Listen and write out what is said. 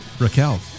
Raquel